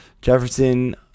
Jefferson